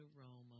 aroma